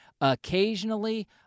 Occasionally